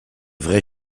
vrais